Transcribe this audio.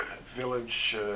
village